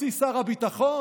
חצי שר הביטחון.